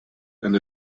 and